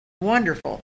wonderful